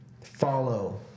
follow